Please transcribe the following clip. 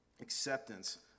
acceptance